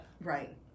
right